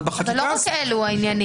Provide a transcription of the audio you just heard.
אבל בחקיקה --- אבל לא רק אלה העניינים,